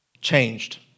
changed